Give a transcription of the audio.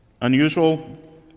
unusual